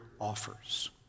offers